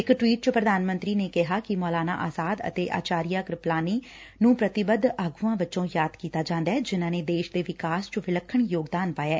ਇਕ ਟਵੀਟ ਚ ਪ੍ਰਧਾਨ ਮੰਤਰੀ ਨੇ ਕਿਹਾ ਕਿ ਮੌਲਾਨਾ ਆਜਾਦ ਅਤੇ ਆਚਾਰਿਆ ਕ੍ਪਿਲਾਨੀ ਨੂੰ ਪ੍ਰਤੀਬੱਧ ਆਗੁਆਂ ਵੱਜੋਂ ਯਾਦ ਕੀਤਾ ਜਾਂਦੈ ਜਿਨੂਾਂ ਨੇ ਦੇਸ਼ ਦੇ ਵਿਕਾਸ ਚ ਵਿਲੱਖਣ ਯੋਗਦਾਨ ਪਾਇਐ